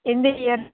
எந்த இயர்